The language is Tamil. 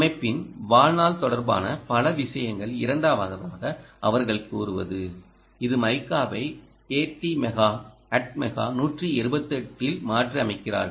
அமைப்பின் வாழ்நாள் தொடர்பான பல விஷயங்கள் இரண்டாவதாகஅவர்கள் கூறுவது இது மைக்காவை ATMega 128 ஆல் மாற்றியமைக்கிறார்கள்